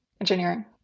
engineering